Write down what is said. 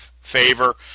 favor